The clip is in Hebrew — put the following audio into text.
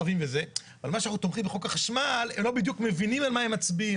ולפי התכנית כל ההסכמות וכל הבניות וכל מה שיהיה,